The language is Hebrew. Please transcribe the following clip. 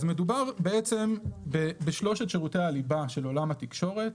אז מדובר בשלושת שירותי הליבה של עולם התקשורת.